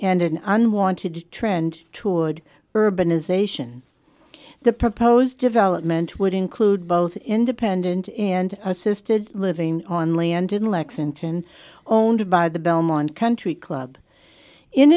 and an unwanted trend toward urbanization the proposed development would include both independent and assisted living on land didn't lexington owned by the belmont country club in